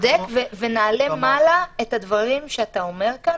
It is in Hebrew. אתה צודק, ונעלה מעלה את הדברים שאתה אומר כאן.